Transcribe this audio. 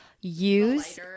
use